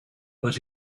but